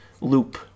loop